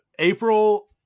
April